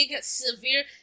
severe